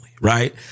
right